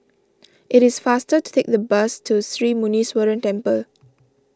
it is faster to take the bus to Sri Muneeswaran Temple